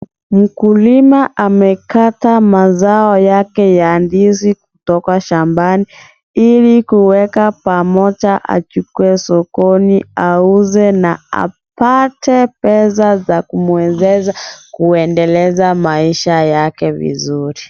Mkulima amekaa mazao yakebya ndizi kutoka shambani ili kuweka pamoja achukue sokoni auze na apate pesa za kumwezesha kuendeleza maisha yake vizuri.